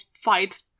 fight